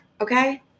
Okay